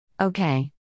Okay